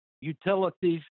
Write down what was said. utilities